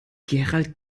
gerald